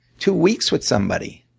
two weeks with somebody.